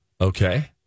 Okay